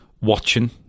watching